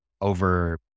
over